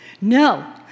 No